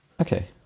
Okay